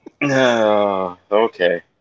Okay